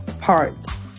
parts